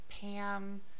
Pam